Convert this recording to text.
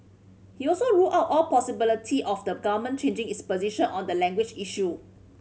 he also ruled out all possibility of the Government changing its position on the language issue